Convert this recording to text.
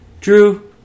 Drew